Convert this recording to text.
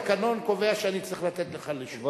התקנון קובע שאני צריך לתת לך רשות.